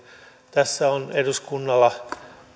tässä on eduskunnalla